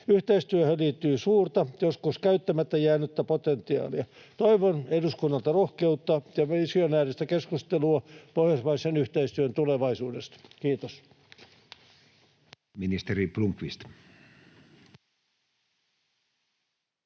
Yhteistyöhön liittyy suurta, joskus käyttämättä jäänyttä potentiaalia. Toivon eduskunnalta rohkeutta ja visionääristä keskustelua pohjoismaisen yhteistyön tulevaisuudesta. — Kiitos.